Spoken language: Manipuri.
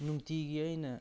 ꯅꯨꯡꯇꯤꯒꯤ ꯑꯩꯅ